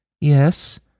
Yes